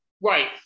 Right